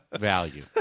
value